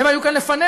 והם היו כאן לפנינו,